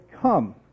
come